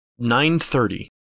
9.30